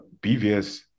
bvs